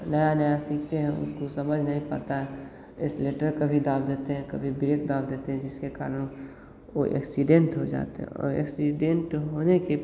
नया नया सीखते हैं उसको समझ नहीं पाता है एसलेटर कभी दाब देते हैं कभी ब्रेक दाब देते हैं जिसके कारण वो एक्सीडेंट हो जाता है औ एक्सीडेंट होने के